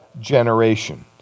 generations